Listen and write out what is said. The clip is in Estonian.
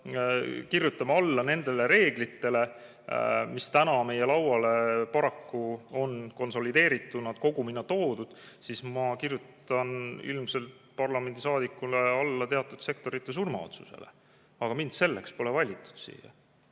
kirjutame alla nendele reeglitele, mis täna meie lauale paraku on konsolideeritud kogumina toodud, siis ma kirjutan ilmselt parlamendisaadikuna alla teatud sektorite surmaotsusele. Aga mind pole selleks siia valitud.